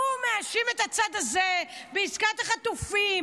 הוא מאשים את הצד הזה בעסקת החטופים,